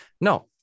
no